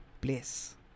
place